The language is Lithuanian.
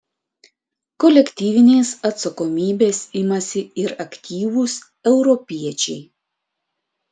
kolektyvinės atsakomybės imasi ir aktyvūs europiečiai